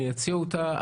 אני אציע אותה,